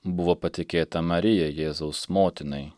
buvo patikėta marijai jėzaus motinai